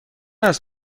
است